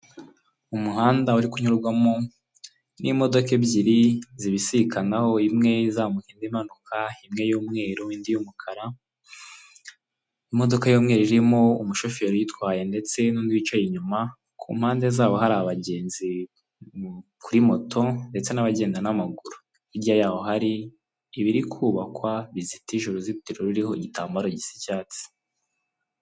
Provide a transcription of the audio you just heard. Umuhanda uri kunyurwamo n'imodoka ebyiri zibisikanaho imwe izamuka indi imanuka imwe y'umweru indi y'umukara imodoka y'umweru irimo umushoferi uyitwaye ndetse n'ibice inyuma ku mpande zabo hari abagenzi kuri moto ndetse n'abagenda n'amaguru hirya yaho hari ibiri kubakwa bizitije uruzitiro ruriho igitambaro gisa icyatsi